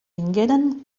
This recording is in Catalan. vingueren